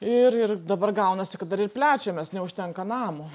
ir ir dabar gaunasi kad dar ir plečiamės neužtenka namo